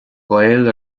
gael